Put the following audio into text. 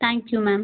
thank you ma'am